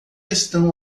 estão